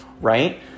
Right